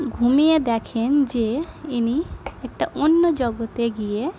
ঘুমিয়ে দেখেন যে ইনি একটা অন্য জগতে গিয়ে